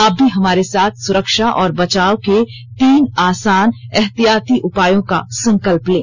आप भी हमारे साथ सुरक्षा और बचाव के तीन आसान एहतियाती उपायों का संकल्प लें